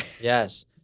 Yes